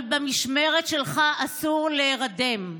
אבל במשמרת שלך אסור להירדם.